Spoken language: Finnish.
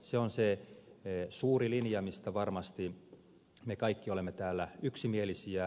se on se suuri linja mistä varmasti me kaikki olemme täällä yksimielisiä